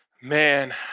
Man